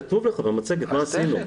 כתוב לך במצגת מה עשינו.